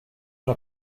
una